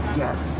yes